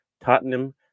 Tottenham